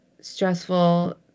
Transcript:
Stressful